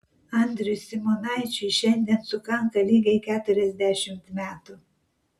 andriui simonaičiui šiandien sukanka lygiai keturiasdešimt metų